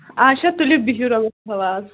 اَچھا تُلِو بِہِو رۄبَس حَوال